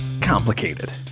complicated